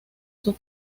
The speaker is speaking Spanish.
sus